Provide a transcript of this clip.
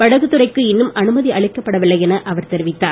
படகுத்துறைக்கு இன்னும் அனுமதி அளிக்கப்படவில்லை அவர் தெரிவித்தார்